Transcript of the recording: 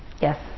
Yes